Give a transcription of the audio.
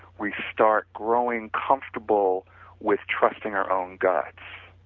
we start growing comfortable with trusting our own guts,